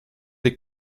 des